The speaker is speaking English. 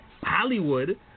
Hollywood